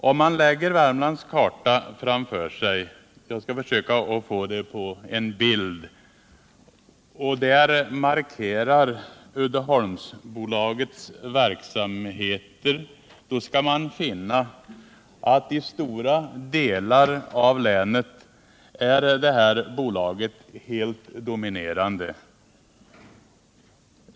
Om man lägger Värmlands karta framför sig — jag skall försöka visa den på TV-skärmen — och markerar Uddeholmsbolagets verksamheter, skall man finna att i stora delar av länet är detta bolag helt dominerande.